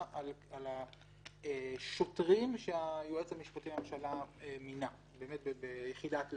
על השוטרים שהיועץ המשפטי לממשלה מינה ביחידת להב.